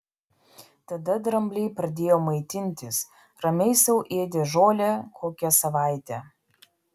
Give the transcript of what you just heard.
tada drambliai pradėjo maitintis ramiai sau ėdė žolę kokią savaitę